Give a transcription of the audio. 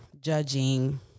judging